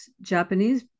Japanese